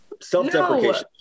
Self-deprecation